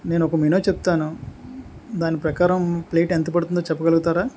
నేను ఒక మెనూ చెప్తాను దాని ప్రకారం ప్లేట్ ఎంత పడుతుందో చెప్పగలుగుతారా